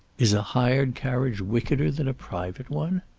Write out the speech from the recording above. is a hired carriage wickeder than a private one?